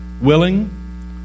willing